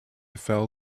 fell